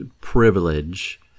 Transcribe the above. privilege